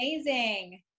amazing